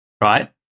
right